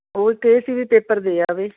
ਉਹ ਕਹੇ ਸੀ ਵੀ ਪੇਪਰ ਦੇ ਆਵੇ